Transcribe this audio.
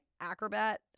Acrobat